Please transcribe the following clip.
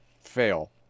fail